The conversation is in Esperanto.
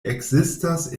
ekzistas